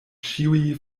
ĉiuj